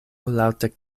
laŭte